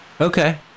Okay